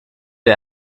der